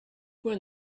when